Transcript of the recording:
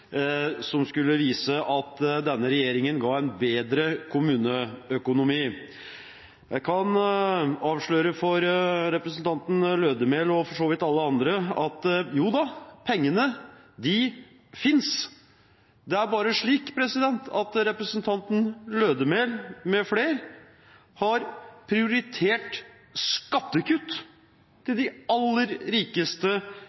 som skal vise at denne regjeringen gir en bedre kommuneøkonomi. Jeg kan avsløre for representanten Lødemel, og for så vidt alle andre, at: Jo da, pengene finnes, det er bare slik at representanten Lødemel mfl. har prioritert skattekutt til de aller rikeste i Norge. En har prioritert skattekutt